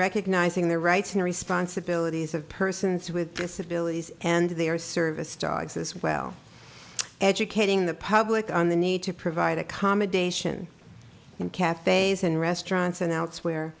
recognizing the rights and responsibilities of persons with disabilities and they are service dogs as well educating the public on the need to provide accommodation in cafes and restaurants and elsewhere